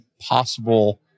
possible